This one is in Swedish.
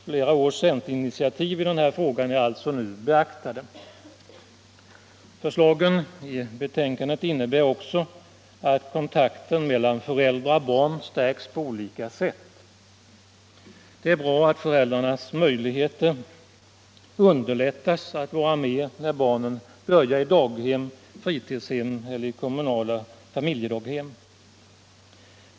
Flera års centerinitiativ i denna fråga är nu beaktade. Förslagen i betänkandet innebär också att kontakten mellan föräldrar och barn stärkts på olika sätt. Det är bra att föräldrarna fått större möjligheter att vara tillsammans med sina barn när de börjar i daghem, fritidshem eller kommunala familjedaghem.